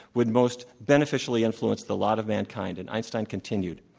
would most beneficially influence the lot of mankind. and einstein continued,